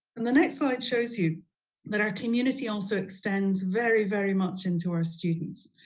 and the next slide shows you that our community also extends very, very much into our students.